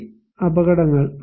ഈ അപകടങ്ങൾ